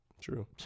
True